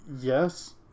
Yes